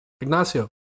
Ignacio